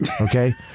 Okay